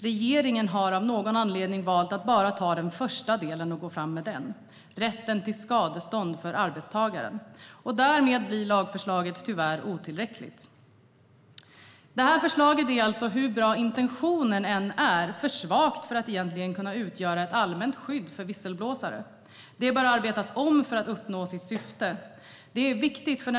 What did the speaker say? Regeringen har av någon anledning valt att bara gå fram med den första delen, nämligen rätten till skadestånd från arbetsgivaren. Därmed blir lagförslaget, tyvärr, otillräckligt. Förslaget är alltså - hur bra intentionen än är - för svagt för att egentligen kunna utgöra ett allmänt skydd för visselblåsare. Det bör arbetas om för att syftet ska uppnås. Det är viktigt.